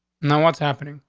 no, what's happening?